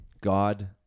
God